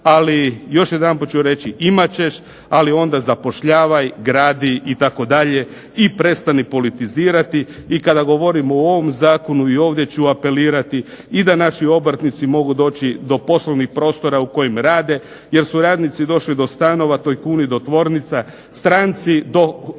ali još jedanput ću reći imat ćeš, ali onda zapošljavaj, gradi itd., i prestani politizirati, i kada govorim o ovom zakonu i ovdje ću apelirati i da naši obrtnici mogu doći do poslovnih prostora u kojim rade, jer su radnici došli do stanova, tajkuni do tvornica, stranci do hotela,